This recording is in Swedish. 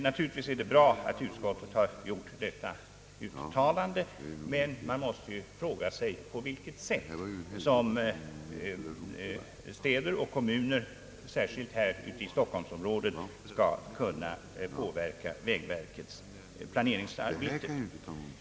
Naturligtvis är det bra att utskottet har gjort detta uttalande, men man måste ju fråga sig på vilket sätt städer och kommuner särskilt i stockholmsområdet skall kunna påverka vägverkets planeringsarbete.